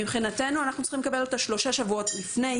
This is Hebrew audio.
מבחינתנו אנחנו צריכים לקבל אותה שלושה שבועות לפני,